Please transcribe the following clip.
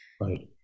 Right